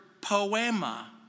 poema